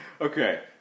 Okay